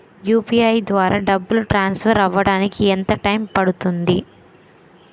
UPI ద్వారా డబ్బు transfer అవ్వడానికి ఎంత టైం పడుతుంది?